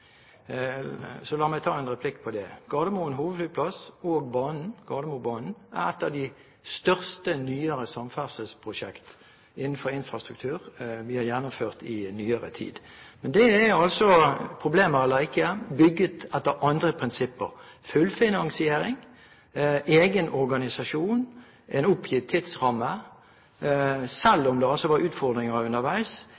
så la meg ta en replikk på det. Gardermoen hovedflyplass og Gardermobanen er et av de største nyere samferdselsprosjekter innenfor infrastruktur vi har gjennomført i nyere tid. Men det er, problemer eller ikke, bygget etter andre prinsipper. Fullfinansiering, egen organisasjon, en fastsatt tidsramme